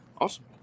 Awesome